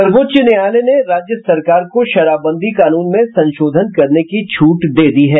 सर्वोच्च न्यायालय ने राज्य सरकार को शराबबंदी कानून में संशोधन करने की छूट दे दी है